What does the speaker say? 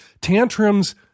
Tantrums